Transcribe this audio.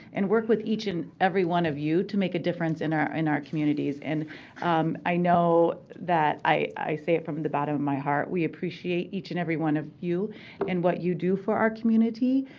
and work with each and every one of you to make a difference in our in our communities. and i know that i say it from the bottom of my heart, we appreciate each and every one of you and what you do for our community,